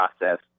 process